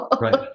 Right